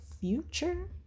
future